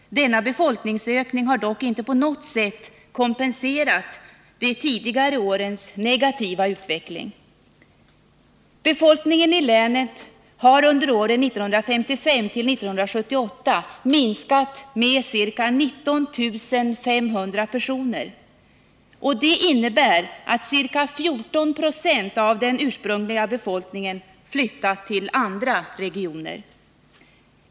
Denna befolkningsökning har dock inte på något sätt kompenserat de tidigare årens negativa utveckling. Befolkningen i länet har under åren 1955 till 1978 minskat med ca 19 500 personer. Detta innebär att ca 14 96 av den ursprungliga befolkningen flyttat till andra regioner.